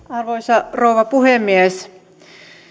arvoisa rouva puhemies